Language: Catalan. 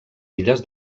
illes